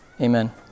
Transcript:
Amen